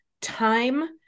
time